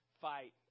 fight